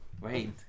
Wait